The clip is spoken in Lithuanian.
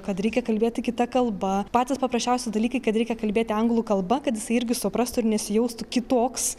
kad reikia kalbėti kita kalba patys paprasčiausi dalykai kai reikia kalbėti anglų kalba kad jis irgi suprastų ir nesijaustų kitoks